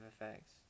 effects